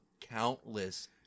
countless